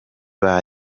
aba